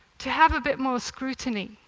to have a bit more scrutiny,